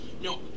No